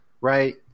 right